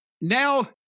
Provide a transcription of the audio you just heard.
Now